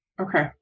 Okay